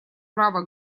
право